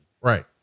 right